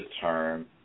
term